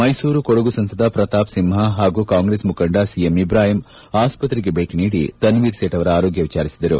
ಮೈಸೂರು ಕೊಡಗು ಸಂಸದ ಪ್ರತಾಪ್ ಸಿಂಹ ಹಾಗೂ ಕಾಂಗ್ರೆಸ್ ಮುಖಂಡ ಸಿಎಂ ಇಬ್ರಾಹಿಂ ಆಸ್ಪತ್ರೆಗೆ ಭೇಟಿ ನೀಡಿ ತನ್ವೀರ್ ಸೇಠ್ ಅವರ ಆರೋಗ್ಯ ವಿಚಾರಿಸಿದರು